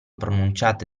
pronunciate